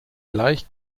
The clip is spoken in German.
gleich